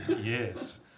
Yes